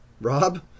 Rob